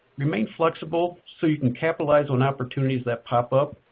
remain flexible so you can capitalize on opportunities that pop up,